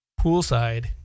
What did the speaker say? poolside